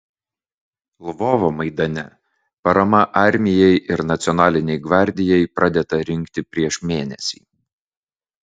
lvovo maidane parama armijai ir nacionalinei gvardijai pradėta rinkti prieš mėnesį